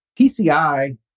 PCI